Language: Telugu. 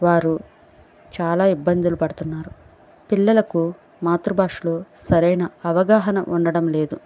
వారు చాలా ఇబ్బందులు పడుతున్నారు పిల్లలకు మాతృభాషలో సరైన అవగాహన ఉండడం లేదు